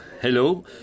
hello